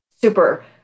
Super